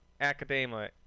academia